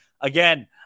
Again